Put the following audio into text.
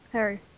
Harry